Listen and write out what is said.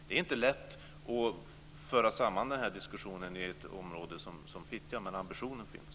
Det är inte lätt att föra samman den här diskussionen i ett område som Fittja, men ambitionen finns.